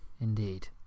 Indeed